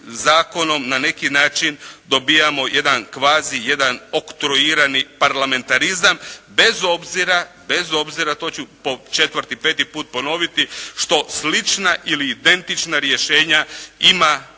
na neki način dobijamo jedan kvazi jedan oktroirani parlamentarizam bez obzira, to ću po četvrti, peti put ponoviti, što slična ili identična rješenja imaju